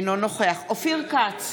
אינו נוכח אופיר כץ,